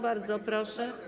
Bardzo proszę.